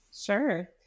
Sure